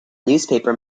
newspaper